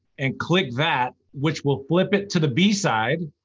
and click that, which will flip it to the b side,